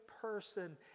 person